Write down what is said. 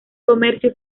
comercio